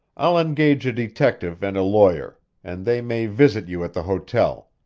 i'll engage a detective and a lawyer, and they may visit you at the hotel.